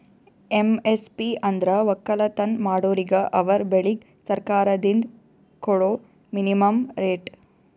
MSP ಅಂದ್ರ ವಕ್ಕಲತನ್ ಮಾಡೋರಿಗ ಅವರ್ ಬೆಳಿಗ್ ಸರ್ಕಾರ್ದಿಂದ್ ಕೊಡಾ ಮಿನಿಮಂ ರೇಟ್